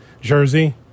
jersey